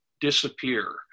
disappear